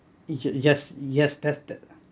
ye~ yes yes that's the